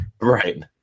Right